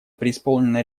преисполнена